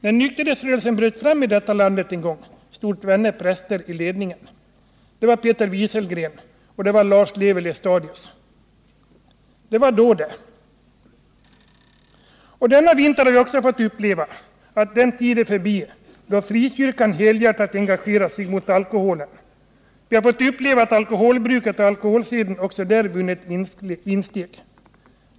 När nykterhetsrörelsen en gång bröt fram i detta land stod tvenne präster i ledningen, Peter Wieselgren och Lars Levi Lestadius. Det var då det. Denna vinter har vi också fått uppleva att den tid är förbi då frikyrkan helhjärtat engagerat sig mot alkoholen, och vi får uppleva att alkoholbruket och alkoholseden också där har vunnit insteg.